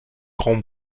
grande